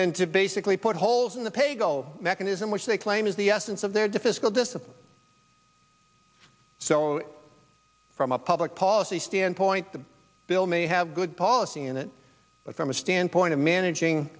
and to basically put holes in the paygo mechanism which they claim is the essence of their to physical discipline so from a public policy standpoint the bill may have good policy in it but from a standpoint of managing